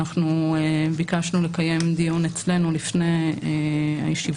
אנחנו ביקשנו לקיים דיון אצלנו לפני הישיבה